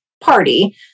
party